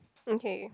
okay